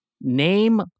name